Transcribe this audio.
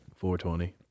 420